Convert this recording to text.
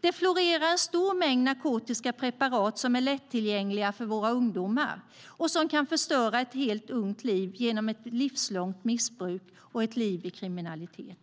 Det florerar en stor mängd narkotiska preparat som är lättillgängliga för våra ungdomar och som kan förstöra ett ungt liv genom ett livslångt missbruk och ett liv i kriminalitet.